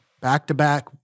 back-to-back